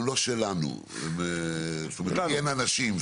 הם לא אנשים שלנו.